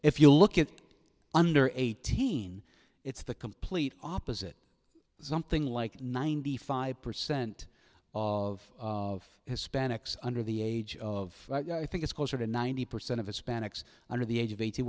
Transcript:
if you look at the under eighteen it's the complete opposite something like ninety five percent of hispanics under the age of i think it's closer to ninety percent of hispanics under the age of eighteen